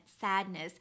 sadness